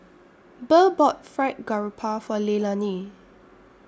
Burr bought Fried Garoupa For Leilani